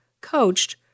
coached